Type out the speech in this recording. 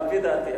על-פי דעתי.